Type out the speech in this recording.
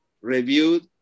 reviewed